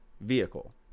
vehicle